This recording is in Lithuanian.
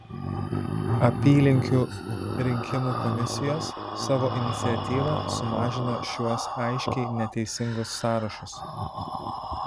apylinkių rinkimų komisijos savo iniciatyva sumažino šiuos aiškiai neteisingus sąrašus